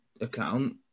account